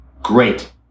Great